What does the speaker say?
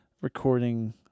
recording